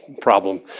problem